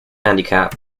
handicap